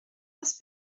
aus